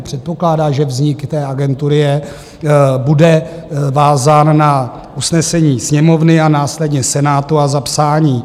Předpokládá, že vznik té agentury bude vázán na usnesení Sněmovny a následně Senátu a zapsání.